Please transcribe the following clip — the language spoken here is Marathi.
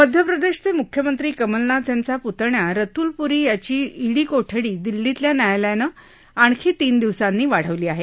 मध्यप्रदेशाचे मुख्यमंत्री कमलनाथ यांचा पुतण्या रतुल पुरी याची ईडी कोठडी दिल्लीतल्या न्यायालयानं आणखी तीन दिवसांनी वाढवली आहे